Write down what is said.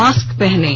mask पहनें